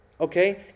okay